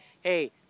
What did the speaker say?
hey